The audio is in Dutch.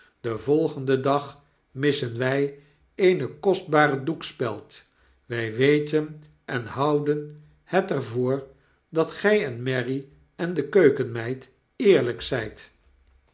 den volgenden dag missen wy eene kostbare doekspeld wij weten en houden het er voor dat gy en mary en de keukenmeid eerlijk zijt